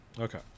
Okay